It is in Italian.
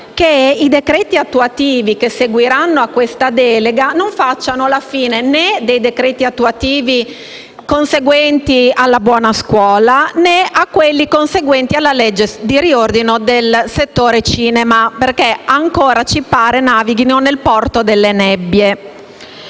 che i decreti attuativi che seguiranno alla delega non facciano la fine né dei decreti attuativi conseguenti alla cosiddetta buona scuola né di quelli conseguenti alla legge di riordino del settore cinema che ancora ci pare navighino nel porto delle nebbie.